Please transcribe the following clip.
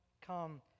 come